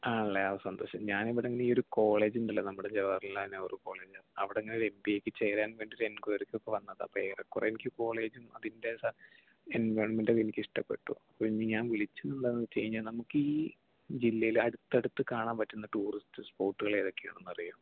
ആണല്ലേ ഓ സന്തോഷം ഞാൻ ഇവിടെ ഈ ഒരു കോളേജുണ്ടല്ലോ നമ്മുടെ ജവഹർലാൽ നെഹ്റു കോളേജ് അവിടെ ഇങ്ങനേ എം ബി എക്ക് ചേരാൻ വേണ്ടി ഒരു എൻക്വയറിക്കൊക്കേ വേണ്ടി വന്നതാണ് ഏറെക്കുറെ എനിക്ക് കോളേജും അതിൻ്റെ എൻവോൾവ്മെൻറ്റും എനിക്ക് ഇഷ്ട്ടപ്പെട്ടു ഇനി ഞാൻ വിളിച്ചത് എന്താന്ന് വെച്ച് കഴിഞ്ഞാൽ നമുക്ക് ഈ ജില്ലേൽ അടുത്ത് അടുത്ത് കാണാൻ പറ്റുന്ന ടൂറിസ്റ്റ് സ്പോട്ടുകളേതൊക്കെയാണെന്ന് അറിയാമോ